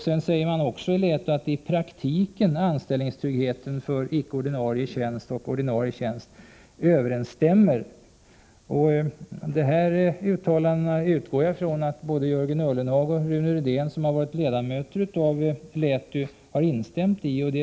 Man säger också att i praktiken anställningstryggheten för icke ordinarie tjänst och ordinarie tjänst överensstämmer. Jag utgår ifrån att Jörgen Ullenhag och Rune Rydén, som båda har varit ledamöter av lärartjänstutredningen, har instämt i dessa uttalanden.